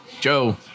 Joe